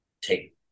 take